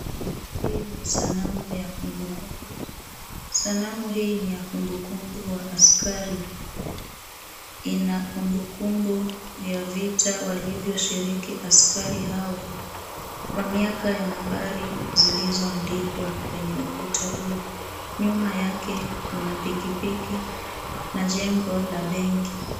Hii ni sanamu ya kumbukumbu. Sanamu hii ni ya kumbukumbu wa askari. Ina kumbukumbu ya vita walivyoshiriki askari hawa kwa miaka ya nambari zilizoandikwa kwenye ukuta huu. Nyuma yake kuna pikipiki na jengo la benki.